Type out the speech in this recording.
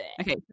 okay